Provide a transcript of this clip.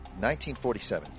1947